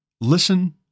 Listen